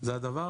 זה הדבר